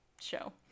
show